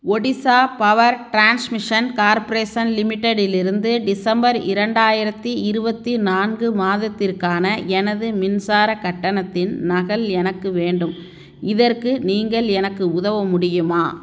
Odisha power transmission corporation லிமிடெட்டிலிருந்து December இரண்டாயிரத்து இருபத்தி நான்கு மாதத்திற்கான எனது மின்சாரக் கட்டணத்தின் நகல் எனக்கு வேண்டும் இதற்கு நீங்கள் எனக்கு உதவ முடியுமா